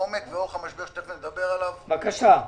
עומק ואורך המשבר, שתיכף נדבר עליו, אחת,